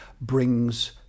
brings